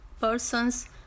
person's